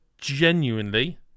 Genuinely